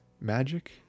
magic